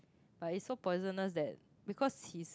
but it's so poisonous that because his